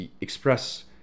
express